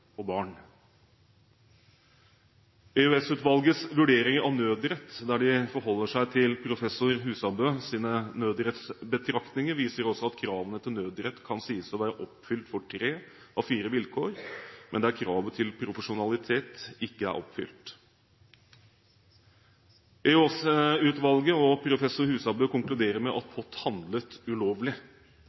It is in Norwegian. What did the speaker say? og barn. EOS-utvalgets vurderinger av nødrett, der de forholder seg til professor Husabøs nødrettsbetraktninger, viser også at kravene til nødrett kan sies å være oppfylt for tre av fire vilkår, men at kravet til profesjonalitet ikke er oppfylt. EOS-utvalget og professor Husabø konkluderer med at POT handlet ulovlig.